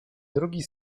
drugi